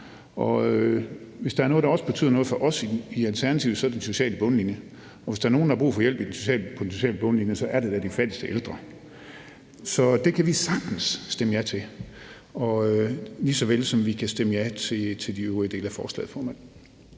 hvis der er noget, der også betyder noget for os i Alternativet, så er det den sociale bundlinje. Og hvis der er nogen, der har brug for hjælp på den sociale bundlinje, så er det da de fattigste ældre. Så det kan vi sagtens stemme ja til, lige såvel som vi kan stemme ja til de øvrige dele af forslaget,